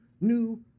new